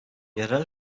yerel